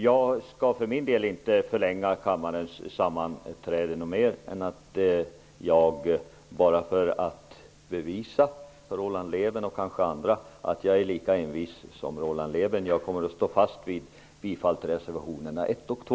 Jag skall för min del inte förlänga kammarens sammanträde något mer än att jag, bara för att bevisa för Roland Lében och andra att jag är lika envis som Roland Lében, kommer att stå fast vid mitt yrkande om bifall till reservationerna 1 och 2.